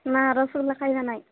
ନା ରସୋଗୋଲା ଖାଇବା ନାହିଁ